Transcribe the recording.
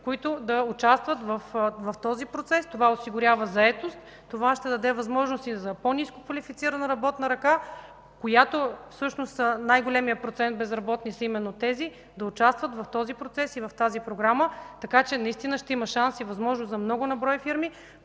които да участват в този процес. Това осигурява заетост, това ще даде възможност и за по-ниско квалифицирана работна ръка – Всъщност най-големият процент безработни са именно тези, да участват в този процес и в тази програма. Така че наистина ще има шанс и възможност за много на брой фирми,